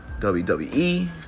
WWE